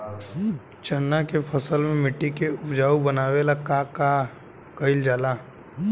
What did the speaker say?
चन्ना के फसल में मिट्टी के उपजाऊ बनावे ला का कइल जाला?